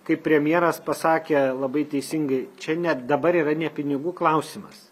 kaip premjeras pasakė labai teisingai čia net dabar yra ne pinigų klausimas